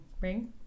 ring